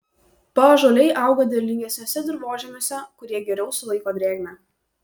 paąžuoliai auga derlingesniuose dirvožemiuose kurie geriau sulaiko drėgmę